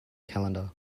calendar